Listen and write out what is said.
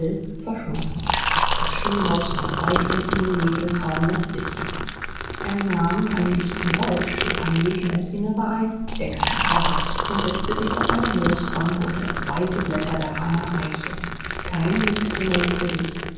verschwunden das schulhaus lag weit unten im nebel kaum noch sichtbar er nahm einen dichten wald schlug einen weg in das innere ein der keiner war und setzte sich auf eine moosbank unter das weite blätterdach einer eiche kein lüftchen regte sich